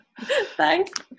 Thanks